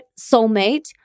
soulmate